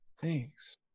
Thanks